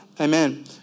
Amen